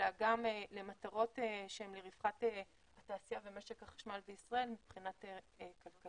אלא גם למטרות שהן לרווחת התעשייה ומשק החשמל בישראל מבחינה כלכלית.